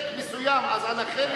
הטלוויזיה הקצר,